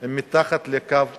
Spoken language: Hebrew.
הם מתחת לקו העוני.